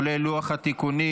כולל לוח התיקונים.